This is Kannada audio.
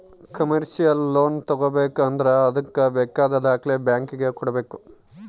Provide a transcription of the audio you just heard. ಕಮರ್ಶಿಯಲ್ ಲೋನ್ ತಗೋಬೇಕು ಅಂದ್ರೆ ಅದ್ಕೆ ಬೇಕಾದ ದಾಖಲೆ ಬ್ಯಾಂಕ್ ಗೆ ಕೊಡ್ಬೇಕು